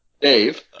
Dave